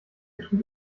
tut